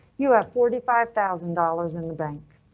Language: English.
you have forty five thousand dollars in the bank.